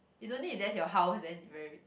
is only that's your house then very